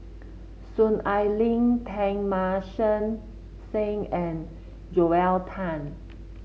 Soon Ai Ling Teng Mah Seng and Joel Tan